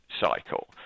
cycle